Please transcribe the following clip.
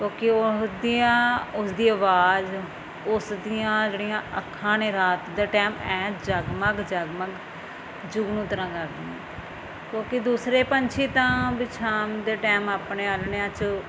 ਕਿਉਂਕਿ ਉਹ ਉਸ ਦੀਆਂ ਉਸਦੀ ਆਵਾਜ਼ ਉਸਦੀਆਂ ਜਿਹੜੀਆਂ ਅੱਖਾਂ ਨੇ ਰਾਤ ਦੇ ਟੈਮ ਐਂ ਜਗਮਗ ਜਗਮਗ ਜੁਗਨੂੰ ਤਰ੍ਹਾਂ ਕਰਦੀਆਂ ਹੈ ਕਿਉਂਕਿ ਦੂਸਰੇ ਪੰਛੀ ਤਾਂ ਵੀ ਸ਼ਾਮ ਦੇ ਟੈਮ ਆਪਣੇ ਆਲ੍ਹਣਿਆਂ 'ਚ